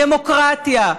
דמוקרטיה,